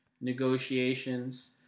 negotiations